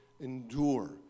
endure